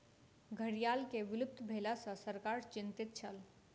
घड़ियाल के विलुप्त भेला सॅ सरकार चिंतित छल